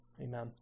Amen